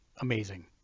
amazing